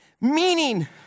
Meaning